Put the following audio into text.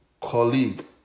colleague